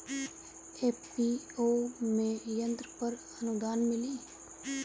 FPO में यंत्र पर आनुदान मिँली?